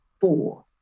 four